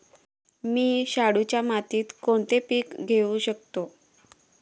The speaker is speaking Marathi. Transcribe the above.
मी शाडूच्या मातीत कोणते पीक घेवू शकतो?